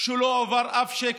ולא הועבר אף שקל,